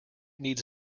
needs